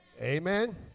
Amen